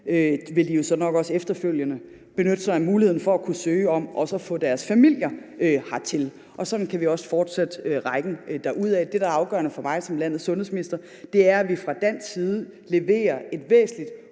vil de så nok også efterfølgende benytte sig af muligheden for at søge om også at få deres familier hertil. Og sådan kan vi fortsætte rækken derudad. Det, der afgørende for mig som landets sundhedsminister, er, at vi fra dansk side leverer et væsentligt